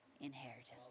inheritance